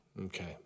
Okay